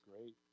great